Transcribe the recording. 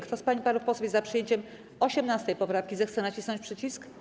Kto z pań i panów posłów jest za przyjęciem 18. poprawki, zechce nacisnąć przycisk.